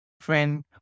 friend